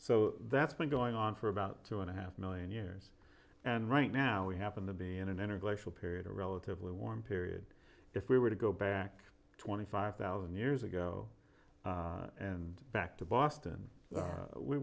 so that's been going on for about two and a half million years and right now we happen to be in an interglacial period a relatively warm period if we were to go back twenty five thousand years ago and back to boston